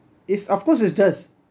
it's of course it does